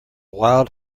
wild